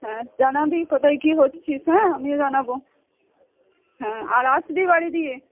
হ্যাঁ জানাবি কোথায় কী হচ্ছিস হ্যাঁ আমিও জানাব হ্যাঁ আর আসবি বাড়ি দিয়ে